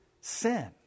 sin